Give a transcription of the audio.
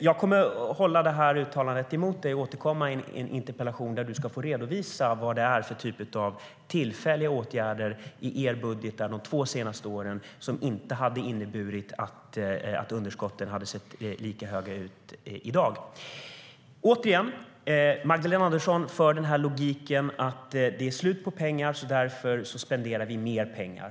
Jag kommer att hålla det uttalandet emot dig, Magdalena Andersson, och återkomma i en interpellation där du ska få redovisa vad det är för typ av tillfälliga åtgärder i era budgetar de två senaste åren som inte hade inneburit att underskotten hade sett lika höga ut i dag. Magdalena Andersson för fram logiken att det är slut på pengar och att vi därför ska spendera mer pengar.